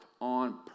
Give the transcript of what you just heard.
on